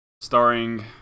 Starring